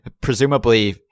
presumably